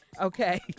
Okay